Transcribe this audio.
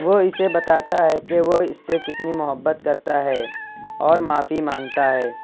وہ اسے بتاتا ہے کہ وہ اس سے کتنی محبت کرتا ہے اور معافی مانگتا ہے